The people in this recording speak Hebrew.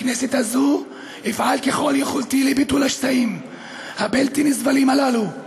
בכנסת הזו אפעל ככל יכולתי לביטול השסעים הבלתי-נסבלים הללו.